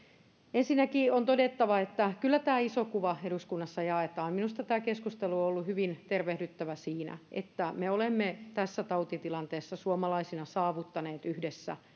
ensinnäkin on todettava että kyllä tämä iso kuva eduskunnassa jaetaan minusta tämä keskustelu on ollut hyvin tervehdyttävä siinä että me olemme tässä tautitilanteessa suomalaisina selkeästi onnistuneet yhdessä